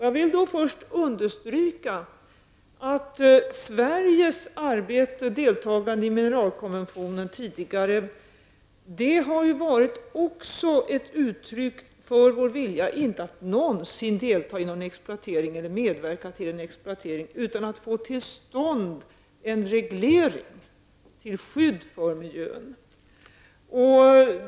Jag vill först understryka att Sveriges arbete som deltagande i mineralkonventionen tidigare också har varit ett uttryck för vår vilja att aldrig någonsin delta i någon exploatering eller medverka till någon sådan, utan att få till stånd en reglering till skydd för miljön.